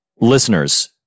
listeners